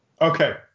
Okay